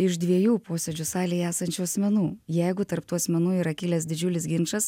iš dviejų posėdžių salėj esančių asmenų jeigu tarp tų asmenų yra kilęs didžiulis ginčas